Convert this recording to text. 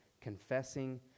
confessing